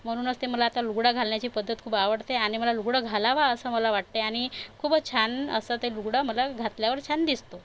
म्हणूनच ते मला आता लुगडं घालण्याची पद्धत खूप आवडते आणि मला लुगडं घालावं असं मला वाटते आणि खूपच छान असं ते लुगडं मला घातल्यावर छान दिसतो